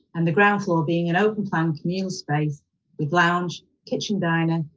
and the ground floor being an open plan communal space with lounge, kitchen diner,